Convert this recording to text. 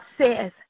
says